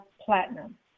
platinum